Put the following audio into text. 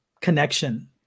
connection